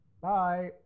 Bye